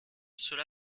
ceux